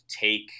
take